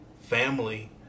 family